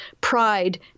pride